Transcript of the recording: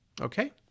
Okay